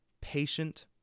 patient